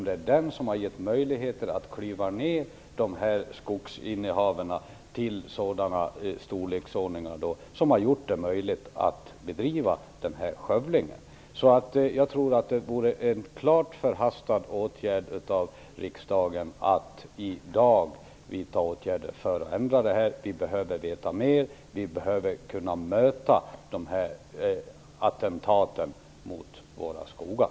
Det är den som har gett möjligheter att klyva skogsinnehaven till sådana storleksordningar att det har blivit möjligt att bedriva denna skövling. Jag tror att det vore ett klart förhastat beslut av riksdagen att i dag vidta åtgärder. Vi behöver veta mer för att kunna bemöta dessa attentat mot våra skogar.